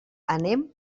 anem